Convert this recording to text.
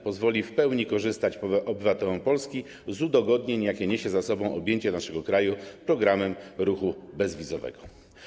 Pozwoli to w pełni korzystać obywatelom Polski z udogodnień, jakie niesie za sobą objęcie naszego kraju programem ruchu bezwizowego.